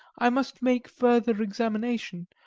i must make further examination,